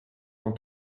son